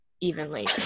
evenly